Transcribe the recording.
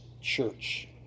church